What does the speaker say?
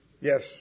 Yes